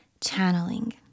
channeling